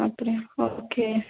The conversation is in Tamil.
அப்படியா ஓகே